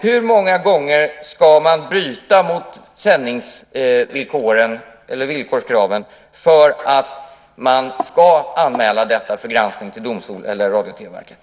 Hur många gånger ska man bryta mot villkorskraven för att man ska anmäla detta för granskning till domstol eller Radio och TV-verket?